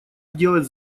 сделать